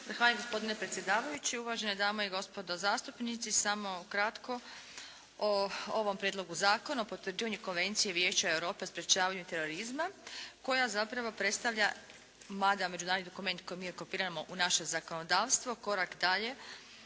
gospodine predsjedavajući. Uvažene dame i gospodo zastupnici. Samo ukratko o ovom Prijedlogu zakona o potvrđivanju Konvencije Vijeća Europe o sprječavanju terorizma koja zapravo predstavlja, mada je međunarodni dokument koji mi kopiramo u naše zakonodavstvo korak dalje